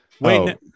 Wait